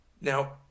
Now